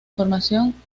formación